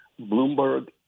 Bloomberg